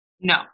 no